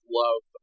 love